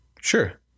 Sure